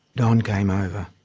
don came over.